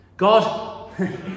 God